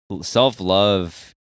self-love